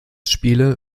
spiele